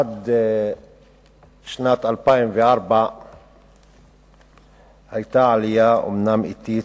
עד שנת 2004 היתה עלייה, אומנם אטית,